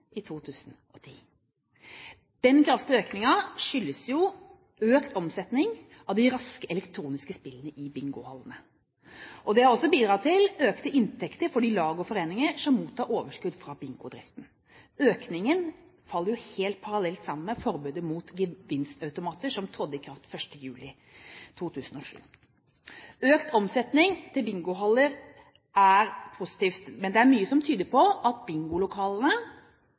i 2010. Den kraftige økningen skyldes jo økt omsetning av de raske elektroniske spillene i bingohallene. Det har også bidratt til økte inntekter for de lag og foreninger som mottar overskudd fra bingodriften. Økningen faller jo helt parallelt sammen med forbudet mot gevinstautomater som trådte i kraft 1. juli 2007. Økt omsetning til bingohaller er positivt, men det er mye som tyder på at bingolokalene